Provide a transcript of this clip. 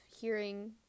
hearing